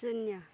शून्य